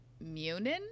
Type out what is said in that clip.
Munin